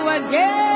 again